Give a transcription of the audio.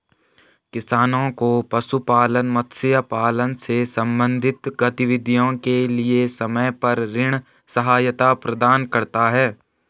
किसानों को पशुपालन, मत्स्य पालन से संबंधित गतिविधियों के लिए समय पर ऋण सहायता प्रदान करता है